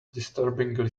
disturbingly